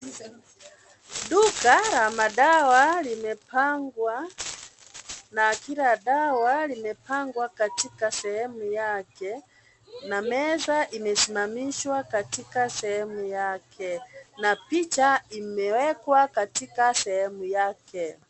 Duka la madawa limepangwa na kila dawa limepangwa katika sehemu yake na meza imesimamaishwa katika sehemu yake na picha imewekwa katika sehemu yake.